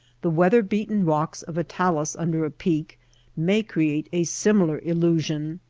the weather beaten rocks of a talus under a peak may create a similar illusion,